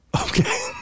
Okay